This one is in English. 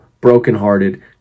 brokenhearted